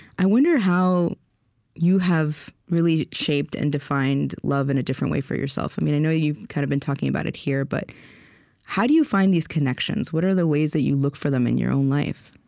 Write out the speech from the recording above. i wonder how you have really shaped and defined love in a different way for yourself. um i know you've kind of been talking about it here, but how do you find these connections? what are the ways that you look for them in your own life?